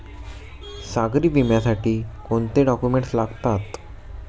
सागरी विम्यासाठी कोणते डॉक्युमेंट्स लागतात?